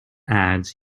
ads